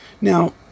Now